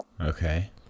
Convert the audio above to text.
okay